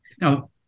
Now